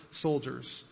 soldiers